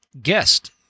guest